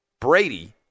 Brady